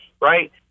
Right